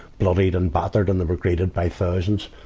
bloodied and battered and they were greeted by thousands.